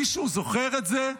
מישהו זוכר את זה?